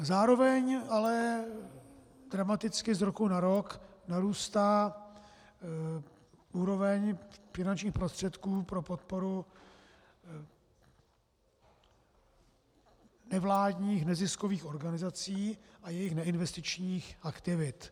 Zároveň ale dramaticky z roku na rok narůstá úroveň finančních prostředků pro podporu nevládních neziskových organizací a jejich neinvestičních aktivit.